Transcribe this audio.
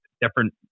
different